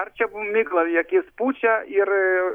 ar čia miglą į akis pučia ir